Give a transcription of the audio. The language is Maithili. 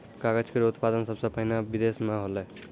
कागज केरो उत्पादन सबसें पहिने बिदेस म होलै